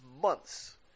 months